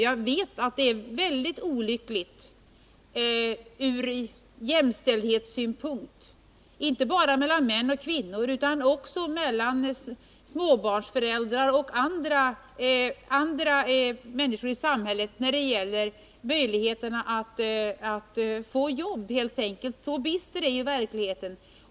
Jag vet att vi från jämställdhetssynpunkt, inte bara mellan män och kvinnor utan också mellan småbarnsföräldrar och andra människor i samhället, ibland har ett mycket olyckligt förhållande när det gäller möjligheterna att konkurrera om jobben —så bister är ju verkligheten.